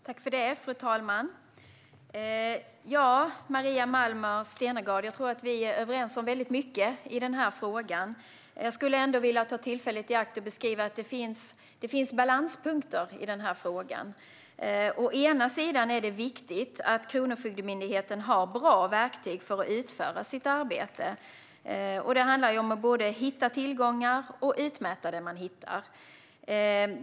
Fru talman! Jag tror att jag och Maria Malmer Stenergard är överens om väldigt mycket i den här frågan, men jag skulle ändå vilja ta tillfället i akt och beskriva att det finns balanspunkter i frågan. Å ena sidan är det viktigt att Kronofogdemyndigheten har bra verktyg för att utföra sitt arbete. Det handlar både om att hitta tillgångar och att utmäta det man hittar.